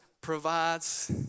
provides